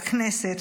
בכנסת,